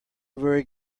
very